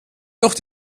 noch